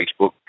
Facebook